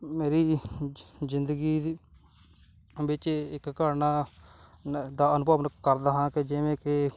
ਮੇਰੀ ਜਿ ਜ਼ਿੰਦਗੀ ਦੀ ਵਿੱਚ ਇੱਕ ਘਟਨਾ ਦਾ ਅਨੁਭਵ ਕਰਦਾ ਹਾਂ ਕਿ ਜਿਵੇਂ ਕਿ